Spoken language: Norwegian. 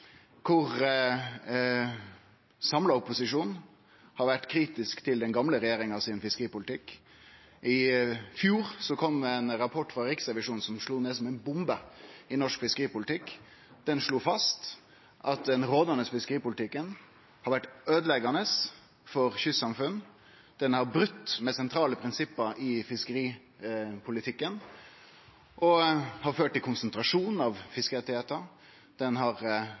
samla opposisjonen har vore kritisk til fiskeripolitikken til den gamle regjeringa. I fjor kom det ein rapport frå Riksrevisjonen som slo ned som ei bombe i norsk fiskeripolitikk. Rapporten slo fast at den rådande fiskeripolitikken har vore øydeleggjande for kystsamfunn, har brote med sentrale prinsipp i fiskeripolitikken, har ført til konsentrasjon av fiskerettar og har